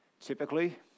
Typically